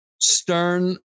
Stern